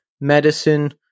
Medicine